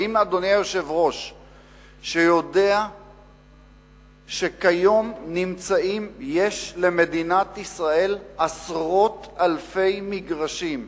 האם אדוני היושב-ראש יודע שהיום יש למדינת ישראל עשרות אלפי מגרשים,